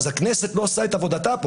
הכנסת לא עושה את עבודתה.